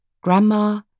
grandma